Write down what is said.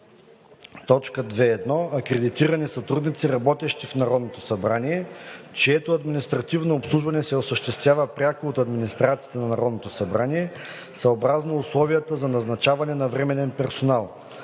следва: 2.1. акредитирани сътрудници, работещи в Народното събрание, чието административно обслужване се осъществява пряко от администрацията на Народното събрание, съобразно условията за назначаване на временен персонал.